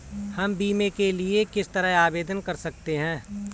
हम बीमे के लिए किस तरह आवेदन कर सकते हैं?